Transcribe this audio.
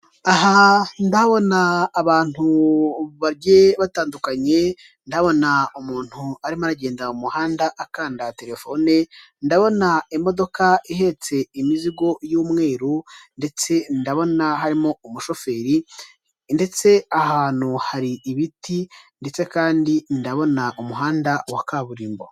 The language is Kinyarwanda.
Aha ndabona abantu bagiye batandukanye, ndabona umuntu arimo agenda mu muhanda akanda telefone, ndabona imodoka ihetse imizigo y'umweru ndetse ndabona harimo umushoferi ndetse ahantu hari ibiti ndetse kandi ndabona umuhanda wa kaburimbo.